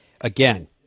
again